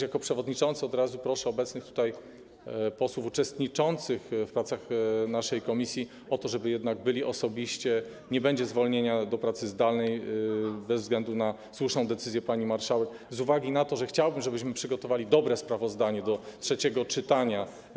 Jako przewodniczący od razu też proszę obecnych tutaj posłów uczestniczących w pracach naszej komisji o to, żeby jednak byli osobiście - nie będzie zwolnienia, jeśli chodzi o pracę zdalną, bez względu na słuszną decyzję pani marszałek - z uwagi na to, że chciałbym, żebyśmy przygotowali dobre sprawozdanie do trzeciego czytania.